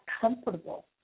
comfortable